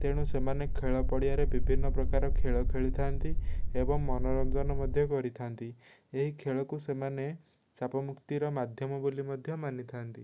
ତେଣୁ ସମାନେ ଖେଳ ପଡ଼ିଆରେ ବିଭିନ୍ନ ପ୍ରକାର ଖେଳ ଖେଳିଥାନ୍ତି ଏବଂ ମନୋରଞ୍ଜନ ମଧ୍ୟ କରିଥାନ୍ତି ଏହି ଖେଳକୁ ସେମାନେ ଚାପମୁକ୍ତିର ମାଧ୍ୟମ ବୋଲି ମଧ୍ୟ ମାନିଥାନ୍ତି